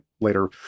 later